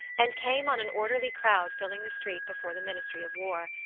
and came on an orderly crowd filling the street before the ministry of war.